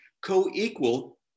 co-equal